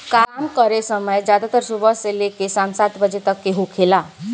काम करे समय ज्यादातर सुबह से लेके साम सात बजे तक के होखेला